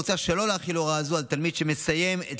מוצע שלא להחיל הוראה זו על תלמיד שמסיים את